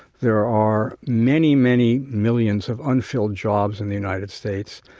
there are many many millions of unfilled jobs in the united states,